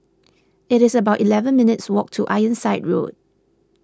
it's about eleven minutes' walk to Ironside Road